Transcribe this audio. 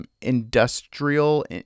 industrial